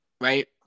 right